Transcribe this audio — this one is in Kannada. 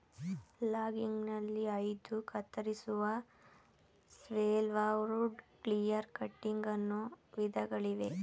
ಲಾಗಿಂಗ್ಗ್ನಲ್ಲಿ ಆಯ್ದು ಕತ್ತರಿಸುವುದು, ಶೆಲ್ವರ್ವುಡ್, ಕ್ಲಿಯರ್ ಕಟ್ಟಿಂಗ್ ಅನ್ನೋ ವಿಧಗಳಿವೆ